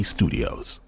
Studios